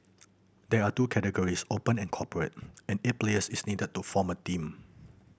there are two categories Open and Corporate and eight players is needed to form a team